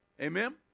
amen